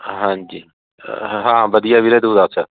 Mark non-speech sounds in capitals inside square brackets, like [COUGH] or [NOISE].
ਹਾਂਜੀ [UNINTELLIGIBLE] ਹਾਂ ਵਧੀਆ ਵੀਰੇ ਤੂੰ ਦੱਸ